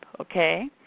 okay